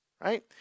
Right